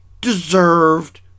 deserved